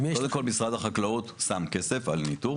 קודם כול, משרד החקלאות שם כסף על ניטור.